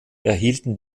erhielten